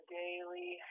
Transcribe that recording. daily